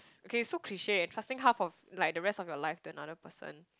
okay so cliche entrusting half of like the rest of your life to another person